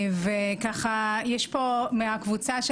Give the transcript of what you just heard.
יש פה מהקבוצה של